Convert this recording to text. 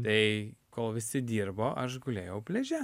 tai kol visi dirbo aš gulėjau pliaže